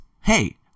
hey